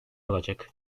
olacak